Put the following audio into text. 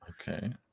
Okay